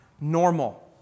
normal